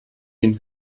den